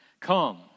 come